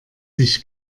sich